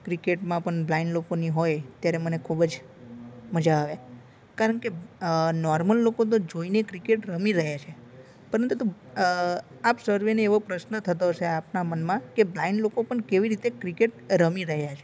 ક્રિકેટમાં પણ બ્લાઇન્ડ લોકોની હોય ત્યારે મને ખૂબ જ મજા આવે કારણ કે નોર્મલ લોકો તો જોઈને ક્રિકેટ રમી રહ્યાં છે પરંતુ આપ સર્વેને એવો પ્રશ્ન થતો હશે આપના મનમાં કે બ્લાઈન્ડ લોકો પણ કેવી રીતે ક્રિકેટ રમી રહ્યાં છે